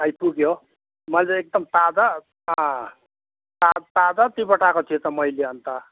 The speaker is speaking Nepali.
आइपुग्यो मैले त एकदम ताजा ता ताजा दिइपठाएको थिएँ त मैले अन्त